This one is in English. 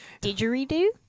Didgeridoo